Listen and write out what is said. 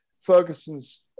Ferguson's